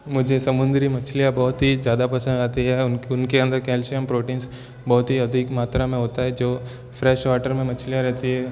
मझे समुन्द्री मछलियाँ बहुत ही ज़्यादा पसंद आती हैं उनके अंदर कैल्शियम प्रोटीन्स बहुत ही अधिक मात्रा में होता है जो फ़्रेश वॉटर में मछलियाँ रहती हैं